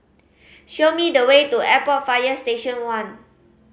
show me the way to Airport Fire Station One